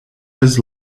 his